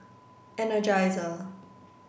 energizer